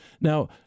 Now